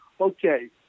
Okay